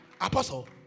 Apostle